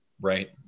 Right